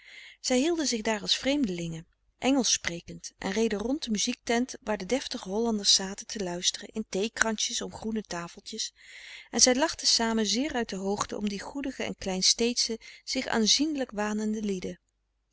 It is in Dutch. zij hielden zich daar als vreemdelingen engelsch sprekend en reden rond de muziektent waar de deftige hollanders zaten te luisteren in theekransjes frederik van eeden van de koele meren des doods om groene tafeltjes en zij lachten samen zeer uit de hoogte om die goedige en kleinsteedsche zich aanzienlijk wanende lieden